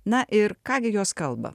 na ir ką gi jos kalba